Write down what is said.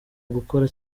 ugukora